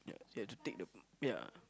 yeah you have to take the yeah